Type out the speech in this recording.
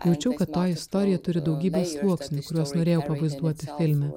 jaučiau kad toji istorija turi daugybę sluoksnių kuriuos norėjau pavaizduoti filme